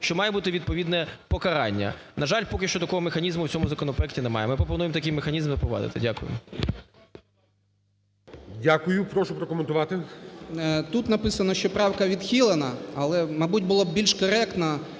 що має бути відповідне покарання. На жаль, поки що такого механізму в цьому законопроекті немає, ми пропонуємо такий механізм запровадити. Дякую. ГОЛОВУЮЧИЙ. Дякую. Прошу прокоментувати. 12:51:55 РІЗАНЕНКО П.О. Тут написано, що правка відхилена, але, мабуть, було б більш коректно